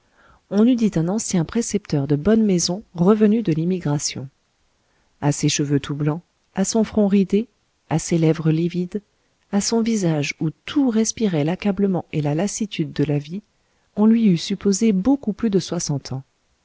on eût dit un ancien précepteur de bonne maison revenu de l'émigration à ses cheveux tout blancs à son front ridé à ses lèvres livides à son visage où tout respirait l'accablement et la lassitude de la vie on lui eût supposé beaucoup plus de soixante ans